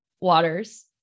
waters